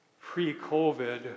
Pre-COVID